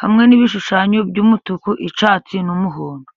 hamwe n'ibishushanyo by'umutuku, icyatsi n'umuhondo.